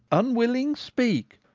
unwilling speak.